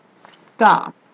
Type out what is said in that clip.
stop